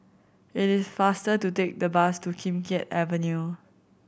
it is faster to take the bus to Kim Keat Avenue